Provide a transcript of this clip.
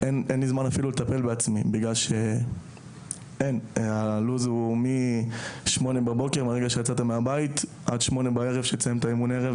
אין לי זמן כי הלו"ז הוא מ-08:00 עד 20:00 לאחר אימון הערב.